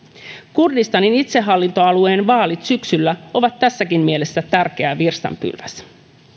kurdistanin itsehallintoalueen vaalit syksyllä ovat tässäkin mielessä tärkeä virstanpylväs